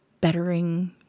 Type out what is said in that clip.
bettering